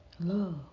love